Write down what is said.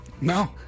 No